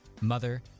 mother